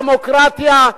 בדמוקרטיה,